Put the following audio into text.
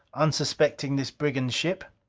unsuspecting this brigand ship.